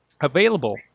available